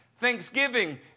thanksgiving